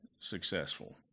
successful